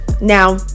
Now